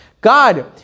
God